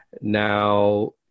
Now